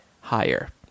higher